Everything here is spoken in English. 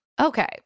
Okay